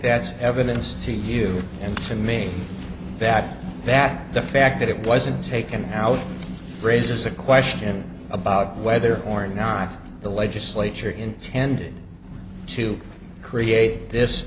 that's evidence to you and to me that that the fact that it wasn't taken out raises a question about whether or not the legislature intended to create this